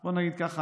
בוא נגיד כך,